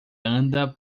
anda